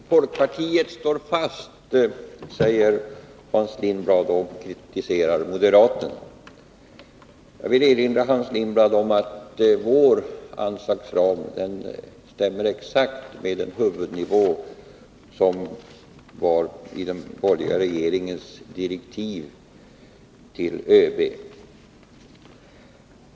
Fru talman! Folkpartiet står fast, säger Hans Lindblad och kritiserar moderaterna. Jag vill erinra Hans Lindblad om att vår anslagsram stämmer exakt med huvudnivån i den borgerliga regeringens direktiv till ÖB.